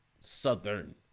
Southern